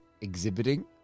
exhibiting